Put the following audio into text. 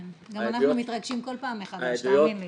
כן, גם אנחנו מתרגשים כל פעם מחדש, תאמין לי.